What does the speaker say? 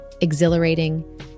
exhilarating